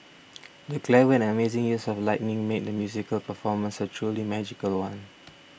the clever and amazing use of lighting made the musical performance a truly magical one